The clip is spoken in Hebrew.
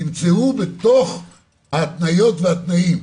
תמצאו בתוך ההתניות והתנאים,